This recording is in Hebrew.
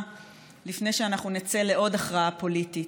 לפני שאנחנו נצא לעוד הכרעה פוליטית,